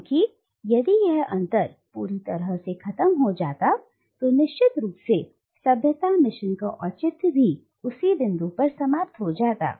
क्योंकि यदि यह अंतर पूरी तरह से खत्म हो जाता तो निश्चित रूप से सभ्यता मिशन का औचित्य भी उसी बिंदु पर समाप्त हो जाता